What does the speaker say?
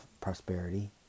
prosperity